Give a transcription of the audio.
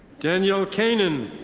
daniel kaynan.